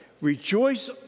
rejoice